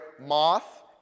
moth